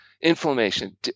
inflammation